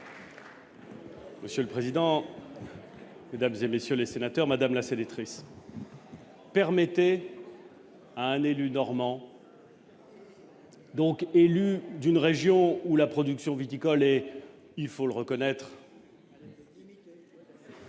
Monsieur le président, Mesdames et messieurs les sénateurs Madame la ces détresses permettez à un élu normand. Donc élu d'une région où la production viticole et il faut le reconnaître.